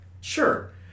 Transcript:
sure